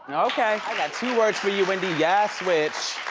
okay. i got two words for you, wendy, yes, witch.